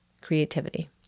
creativity